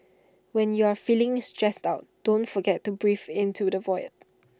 when you are feeling stressed out don't forget to breathe into the void